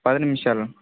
పది నిమిషాలు